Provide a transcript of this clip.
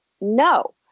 No